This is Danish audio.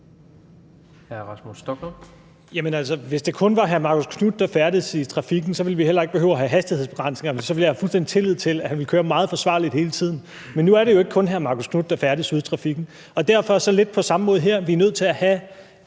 Hvis det kun var hr. Marcus Knuth, der færdedes i trafikken, ville vi heller ikke behøve at have hastighedsbegrænsninger, for så ville jeg have fuldstændig tillid til, at han ville køre meget forsvarligt hele tiden. Men nu er det jo ikke kun hr. Marcus Knuth, der færdes ude i trafikken, og derfor er det lidt på samme måde her, nemlig at vi er nødt til at have